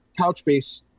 Couchbase